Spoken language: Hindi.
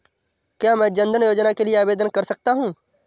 क्या मैं जन धन योजना के लिए आवेदन कर सकता हूँ?